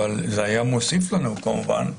אבל זה היה מוסיף לנו כמובן,